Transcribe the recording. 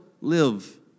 live